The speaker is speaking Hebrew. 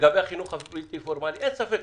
לגבי החינוך הבלתי פורמלי, אין ספק.